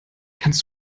kannst